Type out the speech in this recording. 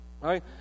right